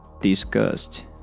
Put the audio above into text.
disgust